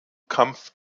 kampf